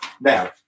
Now